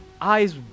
Eyes